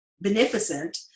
beneficent